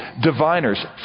diviners